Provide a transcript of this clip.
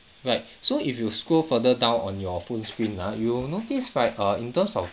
right so if you scroll further down on your phone screen ah you'll notice right err in terms of